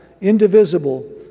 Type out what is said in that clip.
indivisible